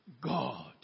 God